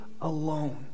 alone